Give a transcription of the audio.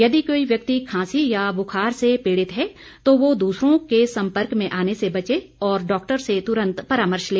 यदि कोई व्यक्ति खांसी या बुखार से पीड़ित है तो वह दूसरों के संपर्क में आने से बचे और डॉक्टर से तुरंत परामर्श ले